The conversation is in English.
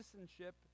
citizenship